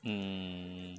mm